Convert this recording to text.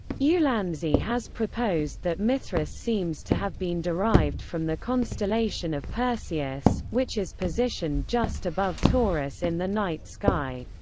ulansey has proposed that mithras seems to have been derived from the constellation of perseus, which is positioned just above taurus in the night sky.